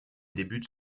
débute